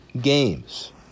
games